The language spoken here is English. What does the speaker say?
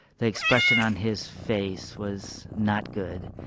the expression on his face was not good.